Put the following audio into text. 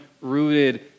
rooted